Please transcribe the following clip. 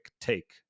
take